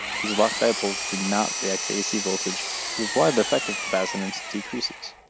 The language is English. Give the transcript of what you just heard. these locked dipoles to not react to ac voltage, which is why the effect of capacitance decreases.